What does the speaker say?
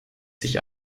sich